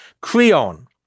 Creon